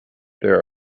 there